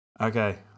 Okay